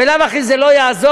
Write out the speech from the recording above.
בלאו הכי זה לא יעזור.